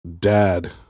Dad